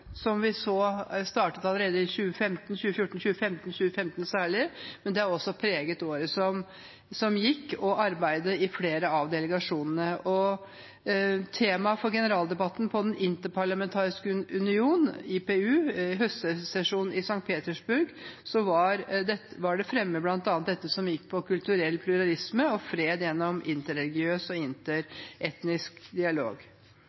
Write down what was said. som vi så startet allerede i 2014–2015 – i 2015 særlig – har også preget året som gikk, og arbeidet i flere av delegasjonene. Temaet for generaldebatten i Den Interparlamentariske Union, IPU, under høstsesjonen i St. Petersburg gikk på fremme av kulturell pluralisme og fred gjennom interreligiøs og interetnisk dialog.